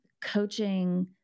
Coaching